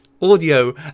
audio